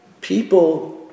people